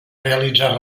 realitzar